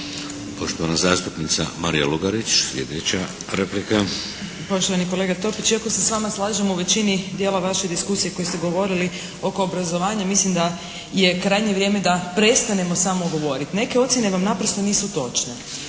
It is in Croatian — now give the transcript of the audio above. Poštovani kolega Topić! Iako se s vama slažem u većini dijela vaše diskusije koju ste govorili oko obrazovanja, mislim da je krajnje vrijeme da prestanemo samo govorit. Neke ocjene vam naprosto nisu točne.